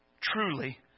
truly